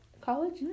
college